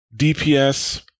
DPS